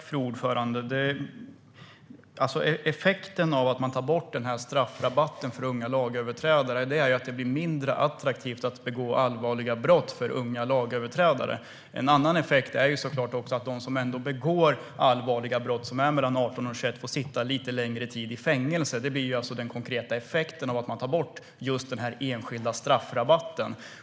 Fru talman! Effekten av att man tar bort straffrabatten för unga lagöverträdare är att det blir mindre attraktivt att begå allvarliga brott för unga lagöverträdare. En annan effekt är såklart också att de som ändå begår allvarliga brott och är mellan 18 och 21 år får sitta lite längre tid i fängelse. Det blir den konkreta effekten av att man tar bort den enskilda straffrabatten.